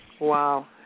Wow